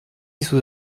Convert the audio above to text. sous